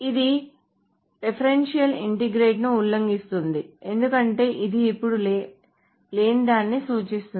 ఇది referential integrity ను ఉల్లంఘిస్తుంది ఎందుకంటే ఇది ఇప్పుడు లేనిదాన్ని సూచిస్తుంది